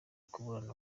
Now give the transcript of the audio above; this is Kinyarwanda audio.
kuburana